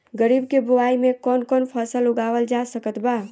खरीब के बोआई मे कौन कौन फसल उगावाल जा सकत बा?